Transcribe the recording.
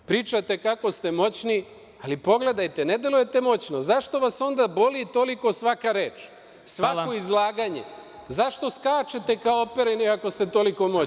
Pričate kako ste moćni, ali pogledajte, ne delujete moćno, zašto vas onda boli toliko svaka reč, svako izlaganje, zašto skačete kao opareni ako ste toliko moćni?